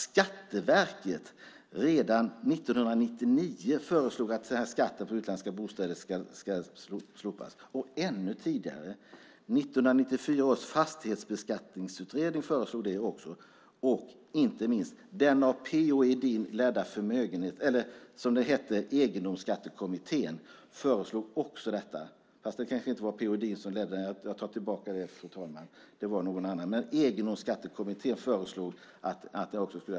Skatteverket föreslog redan år 1999 att skatten för utländska bostäder ska slopas. Ännu tidigare föreslog 1994 års fastighetsbeskattningsutredning också det. Det föreslog också den av P.-O. Edin ledda Egendomsskattekommittén. Jag tar tillbaka att det var P.-O. Edin som ledde den, fru talman. Det var någon annan. Egendomsskattekommittén föreslog det. P.-O.